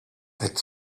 that